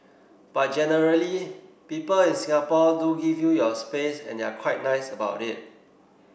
but generally people in Singapore do give you your space and they're quite nice about it